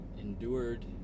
endured